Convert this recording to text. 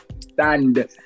stand